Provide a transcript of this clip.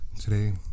Today